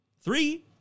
Three